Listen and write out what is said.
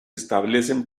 establecen